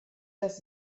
das